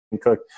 Cook